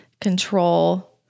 control